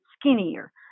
skinnier